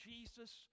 Jesus